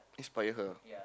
inspire her